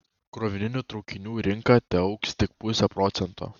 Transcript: krovininių traukinių rinka teaugs tik puse procento